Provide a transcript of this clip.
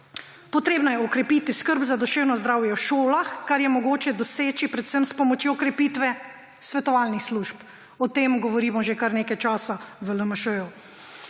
Potrebno je okrepiti skrb za duševno zdravje v šolah, kar je mogoče doseči predvsem s pomočjo krepitve svetovalnih služb. O tem v LMŠ govorimo že kar nekaj časa.